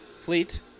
Fleet